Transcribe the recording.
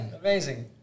amazing